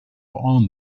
own